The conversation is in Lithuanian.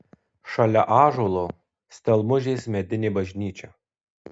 šalia ąžuolo stelmužės medinė bažnyčia